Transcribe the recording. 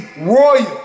royal